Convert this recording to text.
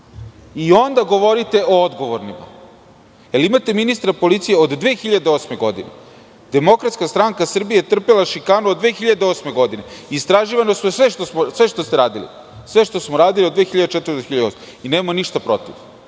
i onda govorite o odgovornima. Imate ministra policije od 2008. godine. Demokratska stranka Srbije je trpela šikanu od 2008. godine. Istraživano je sve što smo radili od 2004. do 2008. godine i nemamo ništa protiv.